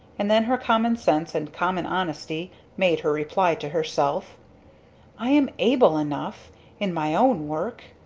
and then her common sense and common honesty made her reply to herself i am able enough in my own work!